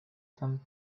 some